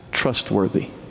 trustworthy